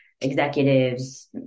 executives